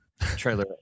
trailer